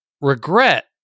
regret